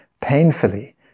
painfully